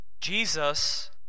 Jesus